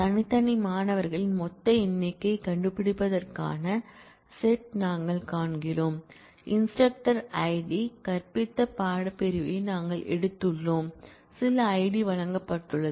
தனித்தனி மாணவர்களின் மொத்த எண்ணிக்கையைக் கண்டுபிடிப்பதற்கான செட் நாங்கள் காண்கிறோம் இன்ஸ்டிரக்டர்ஐடி கற்பித்த பாடப்பிரிவை நாங்கள் எடுத்துள்ளோம் சில ஐடி வழங்கப்பட்டுள்ளது